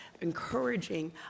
encouraging